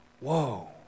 whoa